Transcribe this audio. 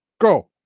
Go